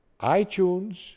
iTunes